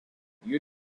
you